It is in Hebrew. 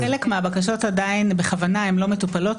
חלק מהבקשות עדיין בכוונה לא מטופלות,